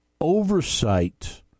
oversight